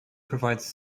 provides